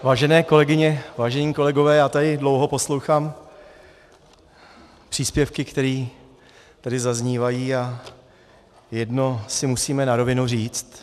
Vážené kolegyně, vážení kolegové, já tady dlouho poslouchám příspěvky, které tady zaznívají, a jedno si musíme na rovinu říct.